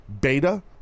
beta